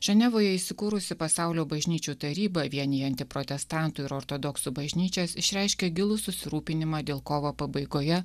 ženevoje įsikūrusi pasaulio bažnyčių taryba vienijanti protestantų ir ortodoksų bažnyčias išreiškė gilų susirūpinimą dėl kovo pabaigoje